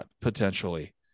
potentially